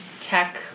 tech